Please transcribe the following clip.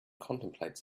contemplates